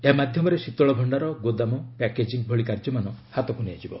ଏହା ମାଧ୍ୟମରେ ଶୀତଳ ଭଣ୍ଡାର ଗୋଦାମ ପ୍ୟାକେଜିଙ୍ଗ୍ ଭଳି କାର୍ଯ୍ୟମାନ ହାତକୁ ନିଆଯିବ